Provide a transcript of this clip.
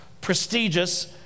Prestigious